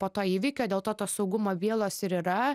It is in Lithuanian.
po to įvykio dėl to tos saugumo bylos ir yra